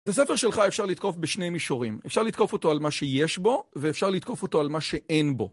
את הספר שלך אפשר לתקוף בשני מישורים, אפשר לתקוף אותו על מה שיש בו ואפשר לתקוף אותו על מה שאין בו.